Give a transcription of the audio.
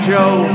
Joe